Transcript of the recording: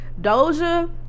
Doja